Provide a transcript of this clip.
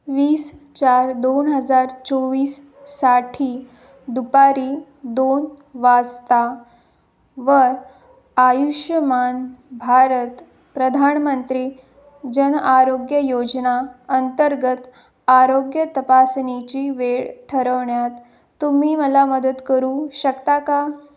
वीस चार दोन हजार चोवीस साठी दुपारी दोन वाजता वर आयुष्यमान भारत प्रधानमंत्री जनआरोग्य योजना अंतर्गत आरोग्य तपासणीची वेळ ठरवण्यात तुम्ही मला मदत करू शकता का